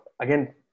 Again